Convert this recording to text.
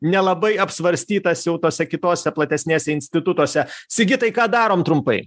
nelabai apsvarstytas jau tose kitose platesnėse institutuose sigitai ką darom trumpai